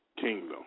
kingdom